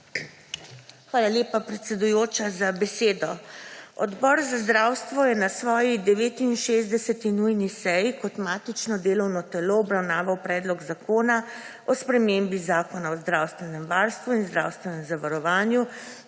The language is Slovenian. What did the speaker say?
Hvala lepa, predsedujoča, za besedo. Odbor za zdravstvo je na svoji 69. nujni seji kot matično delovno telo obravnaval Predlog zakona o spremembi Zakona o zdravstvenem varstvu in zdravstvenem zavarovanju,